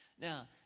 Now